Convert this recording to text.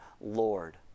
Lord